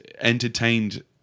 entertained